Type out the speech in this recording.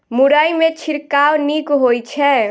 मुरई मे छिड़काव नीक होइ छै?